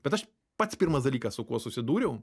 bet aš pats pirmas dalykas su kuo susidūriau